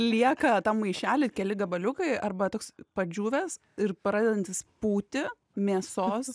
lieka tam maišely keli gabaliukai arba toks padžiūvęs ir pradedantis pūti mėsos